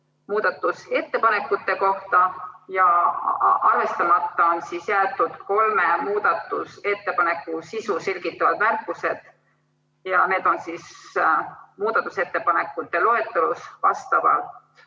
muudatusettepanekute kohta ja arvestamata on jäetud kolme muudatusettepaneku sisu selgitavad märkused. Need on muudatusettepanekute loetelus vastavalt